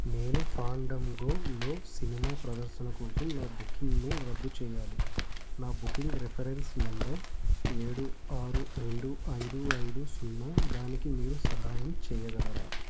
నేను ఫాండంగోలో సినిమా ప్రదర్శన కోసం నా బుకింగ్ను రద్దు చెయ్యాలి నా బుకింగ్ రెఫరెన్స్ నంబర్ ఏడు ఆరు రెండు ఐదు ఐదు సున్నా దానికి మీరు సహాయం చెయ్యగలరా